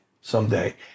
someday